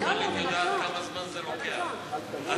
את